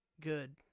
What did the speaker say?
good